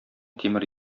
тимер